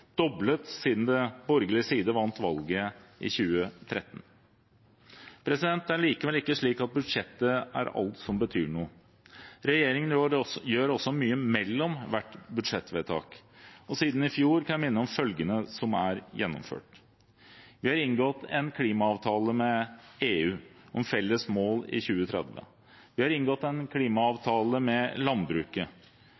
doblet siden den borgerlige siden vant valget i 2013. Det er likevel ikke slik at budsjettet er alt som betyr noe. Regjeringen gjør også mye mellom hvert budsjettvedtak. Siden i fjor kan jeg minne om følgende som er gjennomført: Vi har inngått en klimaavtale med EU om felles mål i 2030. Vi har inngått en